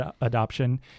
adoption